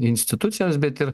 į institucijas bet ir